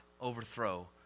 overthrow